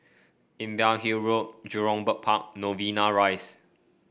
Imbiah Hill Road Jurong Bird Park Novena Rise